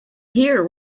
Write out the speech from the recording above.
here